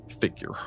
figure